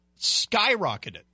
skyrocketed